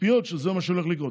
הציפיות שזה מה שהולך לקרות.